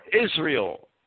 Israel